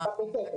בתוספת.